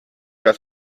dass